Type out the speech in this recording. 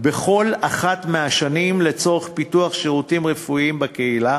בכל אחת מהשנים לצורך פיתוח שירותים רפואיים בקהילה